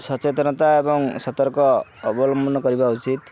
ସଚେତନତା ଏବଂ ସତର୍କ ଅବଲମ୍ବନ କରିବା ଉଚିତ